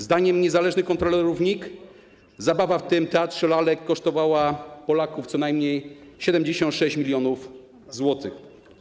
Zdaniem niezależnych kontrolerów NIK zabawa w tym teatrze lalek kosztowała Polaków co najmniej 76 mln zł.